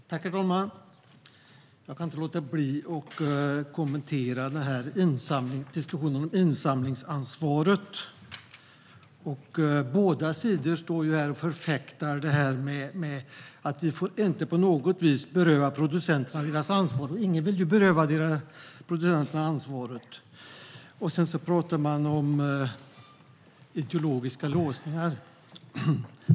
Herr talman! Jag kan inte låta bli att kommentera diskussionen om insamlingsansvaret. Båda sidor står här och förfäktar att vi inte på något vis får beröva producenterna deras ansvar. Ingen vill ju beröva producenterna deras ansvar. Sedan talar man om ideologiska låsningar.